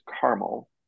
caramel